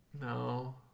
no